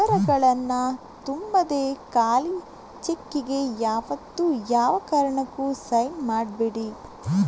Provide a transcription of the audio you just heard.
ವಿವರಗಳನ್ನ ತುಂಬದೆ ಖಾಲಿ ಚೆಕ್ಕಿಗೆ ಯಾವತ್ತೂ ಯಾವ ಕಾರಣಕ್ಕೂ ಸೈನ್ ಮಾಡ್ಬೇಡಿ